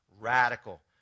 radical